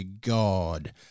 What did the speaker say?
God